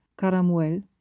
Caramuel